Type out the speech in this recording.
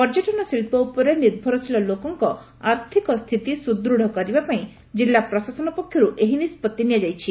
ପର୍ଯ୍ୟଟନ ଶିବ୍ବ ଉପରେ ନିର୍ଭରଶୀଳ ଲୋକଙ୍କ ଆର୍ଥିକ ସ୍ବିତି ସୁଦୃଢ କରିବାପାଇଁ କିଲ୍ଲ ପ୍ରଶାସନ ପକ୍ଷରୁ ଏହି ନିଷ୍ବଉି ନିଆଯାଇଛି